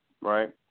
Right